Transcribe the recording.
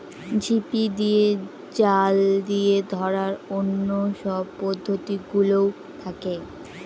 ঝিপি দিয়ে, জাল দিয়ে ধরার অন্য সব পদ্ধতি গুলোও থাকে